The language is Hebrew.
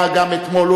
היה גם אתמול,